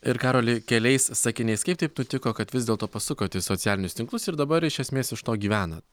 ir karoli keliais sakiniais kaip taip nutiko kad vis dėlto pasukot į socialinius tinklus ir dabar iš esmės iš to gyvenat